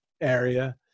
area